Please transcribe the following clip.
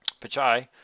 Pachai